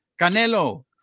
Canelo